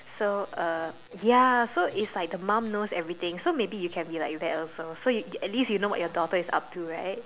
so uh ya so it's like the mum knows everything so maybe you can be like that also so at least you know what your daughter is up to right